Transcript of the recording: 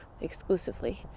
exclusively